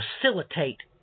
facilitate